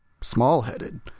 small-headed